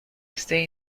este